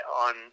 on